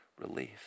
Relief